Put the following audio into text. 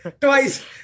twice